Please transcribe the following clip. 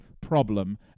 problem